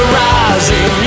rising